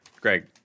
Greg